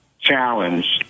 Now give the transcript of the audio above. challenge